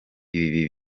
ibi